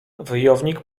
wojownik